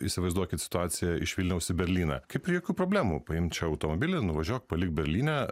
įsivaizduokit situaciją iš vilniaus į berlyną kaip ir jokių problemų paimk čia automobilį nuvažiuok palik berlyne